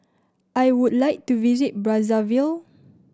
I would like to visit Brazzaville